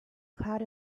cloud